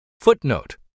Footnote